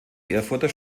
erfurter